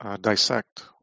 dissect